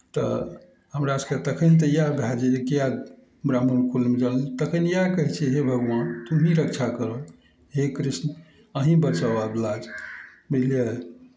तऽ हमरा सबके तखैन तऽ यैह भए जाइ यऽ कियै ब्राह्मण कुल मे जन्म तखैन यैह कहै छियै हे भगवान तूंही रक्षा करह हे कृष्ण अहीँ बचाउ अबला के बुझलियै